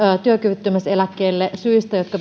työkyvyttömyyseläkkeelle syistä jotka